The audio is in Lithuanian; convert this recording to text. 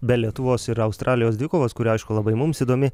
be lietuvos ir australijos dvikovos kuri aišku labai mums įdomi